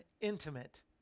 intimate